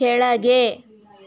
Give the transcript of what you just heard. ಕೆಳಗೆ